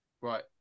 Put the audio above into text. right